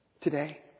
today